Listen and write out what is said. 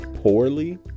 Poorly